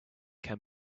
can